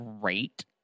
great